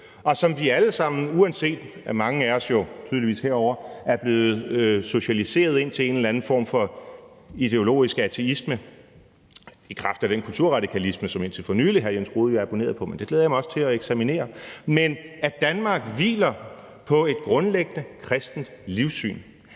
og som vi alle sammen, uanset at mange af os jo tydeligvis herovre er blevet socialiseret ind til en eller anden form for ideologisk ateisme i kraft af den kulturradikalisme, som hr. Jens Rohde indtil for nylig abonnerede på, men det glæder jeg mig også til at eksaminere. At Danmark hviler på et grundlæggende kristent livssyn,